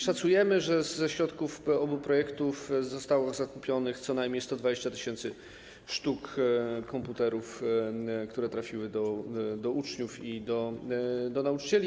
Szacujemy, że ze środków obu projektów zostało zakupionych co najmniej 120 tys. sztuk komputerów, które trafiły do uczniów i do nauczycieli.